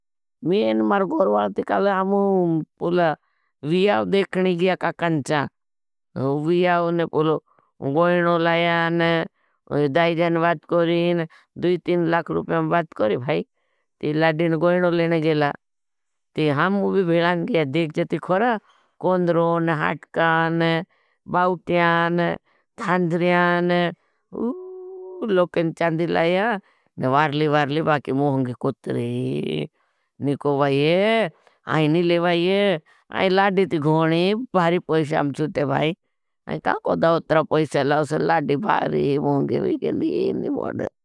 लाड़ी न गोईनो लेने गेला। हम भी भेलान गया। देख जेती खोरा, कौन्डरोन, हाटकान, बाउट्यान, धान्द्रियान, लोकें चांदी लाया। वारली वारली बाकी मोहंगे कुत्री। निको बाईये, आईनी ले बाईये, लाड़ी थी गोणी, भारी पैशे हम चुते भाई। का कोड़ा उत्रा पैशे लाओ से, लाड़ी भारी, मोहंगे भी गेली, निपोड़े।